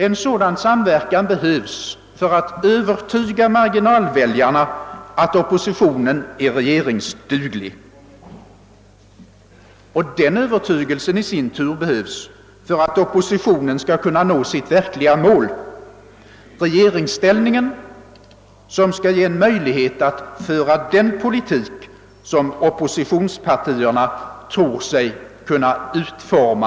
En sådan samverkan behövs för att övertyga marginalväljarna, att oppositionen är regeringsduglig. Och den övertygelsen behövs i sin tur för att: oppositionen skall kunna nå sitt verkliga mål, regeringsställningen, som .skäll ge möjlighet att föra den bättre politik som. oppositionspartierna tror sig kunna utforma.